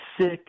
sick